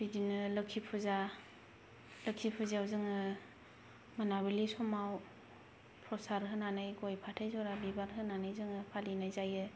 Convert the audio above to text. बिदिनो लोखि फुजा लोखि फुजायाव जोंङो मोनाबिलि समाव प्रसाद होनानै गय फाथै जरा बिबार होनानै जोंङो फालिनाय जायो